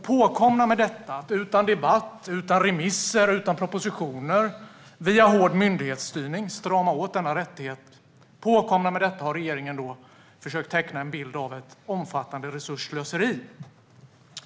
Påkomna med att utan debatt, utan remisser och utan propositioner och via hård myndighetsstyrning strama åt denna rättighet har regeringen försökt måla upp en bild av ett omfattande resursslöseri.